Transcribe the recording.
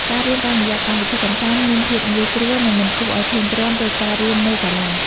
ការរៀនតាមរយៈកម្មវិធីកម្សាន្តមានភាពងាយស្រួលនិងមិនគួរឱ្យធុញទ្រាន់ដូចការរៀននៅសាលា។